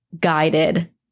guided